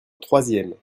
troisième